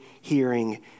hearing